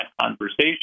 conversation